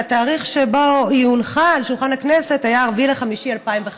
והתאריך שבו היא הונחה על שולחן הכנסת היה 4 במאי